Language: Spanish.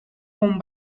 con